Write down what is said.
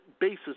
basis